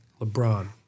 LeBron